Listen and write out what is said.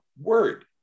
word